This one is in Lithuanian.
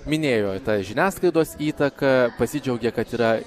minėjo tą žiniasklaidos įtaką pasidžiaugė kad yra